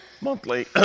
monthly